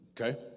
Okay